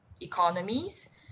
economies